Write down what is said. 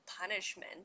punishment